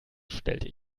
stellte